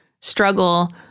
struggle